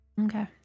Okay